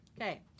Okay